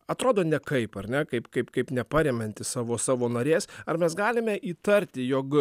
atrodo nekaip ar ne kaip kaip kaip neparemianti savo savo narės ar mes galime įtarti jog